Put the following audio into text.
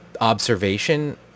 observation